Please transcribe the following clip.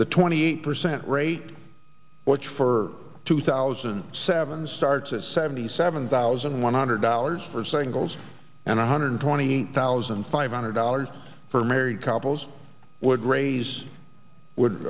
the twenty eight percent rate which for two thousand and seven starts at seventy seven thousand one hundred dollars for singles and one hundred twenty eight thousand five hundred dollars for married couples would raise